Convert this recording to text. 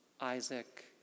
Isaac